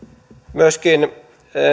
myöskin